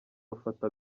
bafata